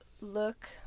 look